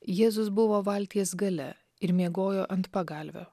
jėzus buvo valties gale ir miegojo ant pagalvio